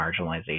marginalization